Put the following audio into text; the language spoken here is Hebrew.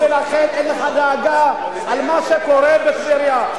ולכן אין לך דאגה למה שקורה בטבריה.